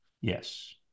Yes